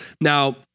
Now